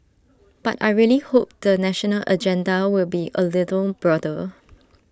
but I really hope the national agenda will be A little broader